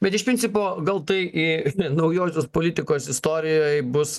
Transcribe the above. bet iš principo gal tai i naujosios politikos istorijoj bus